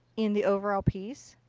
in the overall piece.